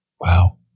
Wow